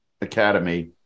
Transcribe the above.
academy